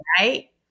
right